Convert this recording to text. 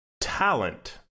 talent